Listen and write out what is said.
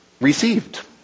received